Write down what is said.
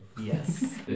Yes